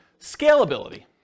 Scalability